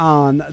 on